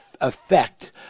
effect